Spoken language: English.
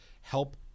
help